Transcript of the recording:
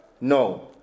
No